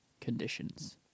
conditions